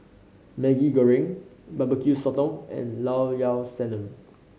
Maggi Goreng Barbecue Sotong and Llao Llao Sanum